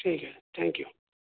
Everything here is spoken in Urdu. ٹھیک ہے تھینک یو